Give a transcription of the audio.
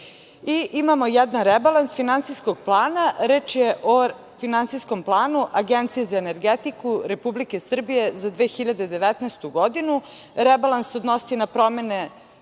i imamo jedan rebalans Finansijskog plana. Reč je o Finansijskom planu Agencije za energetiku Republike Srbije za 2019. godinu. Rebalans se odnosi na promenu